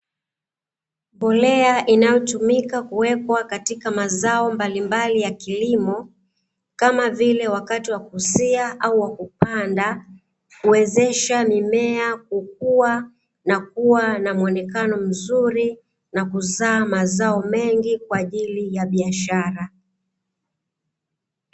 Mbolea inayotumika kuwekwa katika mazao mbalimbali ya kilimo kama vile wakati wa kuzia au wakati wa kupanda kuwezasha mimea kukua na kua na muonekano mzuri na kuzaa mazao mengi kwa ajili ya biashara.